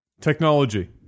Technology